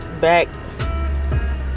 back